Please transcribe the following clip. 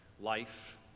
life